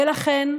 ולכן,